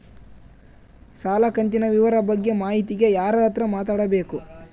ಸಾಲ ಕಂತಿನ ವಿವರ ಬಗ್ಗೆ ಮಾಹಿತಿಗೆ ಯಾರ ಹತ್ರ ಮಾತಾಡಬೇಕು?